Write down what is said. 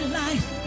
life